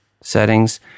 settings